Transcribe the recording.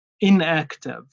inactive